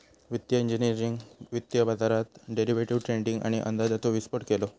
वित्तिय इंजिनियरिंगने वित्तीय बाजारात डेरिवेटीव ट्रेडींग आणि अंदाजाचो विस्फोट केलो